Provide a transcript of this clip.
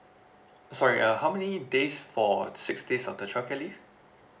sorry uh how many days for six days of the childcare leave